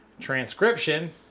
Transcription